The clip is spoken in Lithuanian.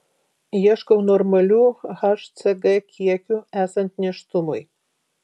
ieškau normalių hcg kiekių esant nėštumui